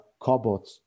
cobots